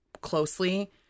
closely